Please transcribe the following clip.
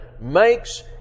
makes